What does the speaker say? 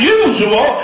usual